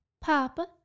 Papa